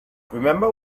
remember